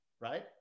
Right